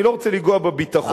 אני לא רוצה לגעת בביטחון,